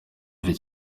niger